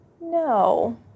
no